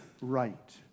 right